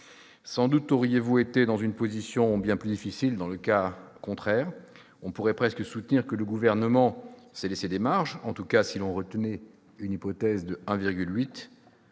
Sans doute auriez-vous été dans une position bien plus difficile dans le cas contraire. On pourrait presque soutenir que le Gouvernement s'est laissé des marges, en tout cas si l'on retient une hypothèse de